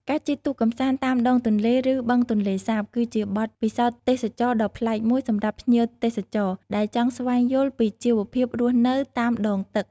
ការជិះទូកកម្សាន្តតាមដងទន្លេ ឬបឹងទន្លេសាប គឺជាបទពិសោធន៍ទេសចរណ៍ដ៏ប្លែកមួយសម្រាប់ភ្ញៀវទេសចរ ដែលចង់ស្វែងយល់ពីជីវភាពរស់នៅតាមដងទឹក ។